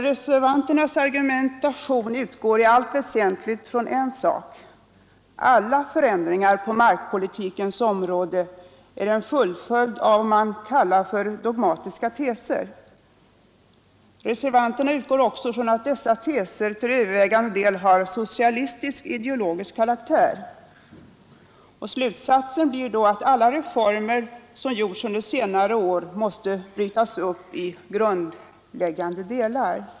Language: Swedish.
Reservanternas argumentation utgår i allt väsentligt från en sak: alla förändringar på markpolitikens område är en fullföljd av vad man kallar för dogmatiska teser. Reservanterna utgår också från att dessa teser till övervägande del har socialistiskt ideologisk karaktär. Slutsatsen blir då att alla reformer som genomförts under senare år måste brytas upp i sina grundläggande delar.